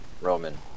Roman